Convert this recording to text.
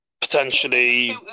potentially